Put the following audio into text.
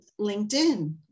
LinkedIn